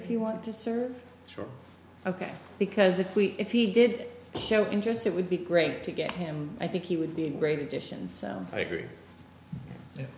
if you want to serve sure ok because if we if he did show interest it would be great to get him i think he would be a great addition so i agree